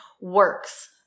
works